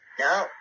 No